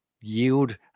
yield